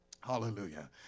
Hallelujah